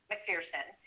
McPherson